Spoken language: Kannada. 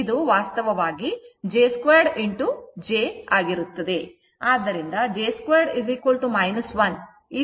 ಏಕೆಂದರೆ ಇದು ನಿಜವಾಗಿ j 2 j ಆಗಿರುತ್ತದೆ